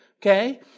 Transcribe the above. Okay